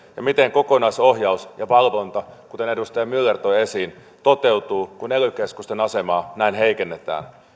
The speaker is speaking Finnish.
ja miten kokonaisohjaus ja valvonta kuten edustaja myller toi esiin toteutuvat kun ely keskusten asemaa näin heikennetään